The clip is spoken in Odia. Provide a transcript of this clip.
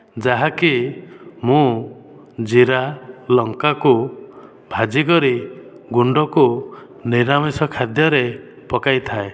ଯାହାକି ମୁଁ ଜିରା ଲଙ୍କାକୁ ଭାଜିକରି ଗୁଣ୍ଡକୁ ନିରାମିଷ ଖାଦ୍ୟରେ ପକାଇଥାଏ